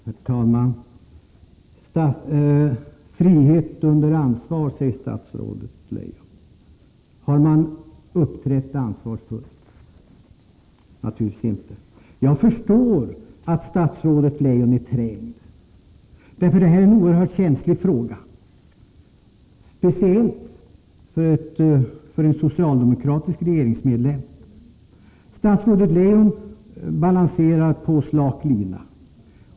Herr talman! Frihet under ansvar, talar statsrådet Leijon om. Har man uppträtt ansvarsfullt? Naturligtvis inte. Jag förstår att statsrådet Leijon är trängd. Det här är en oerhört känslig fråga, speciellt för en socialdemokratisk regeringsmedlem. Statsrådet Leijon balanserar på slak lina.